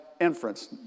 inference